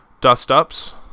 dust-ups